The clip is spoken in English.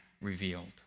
revealed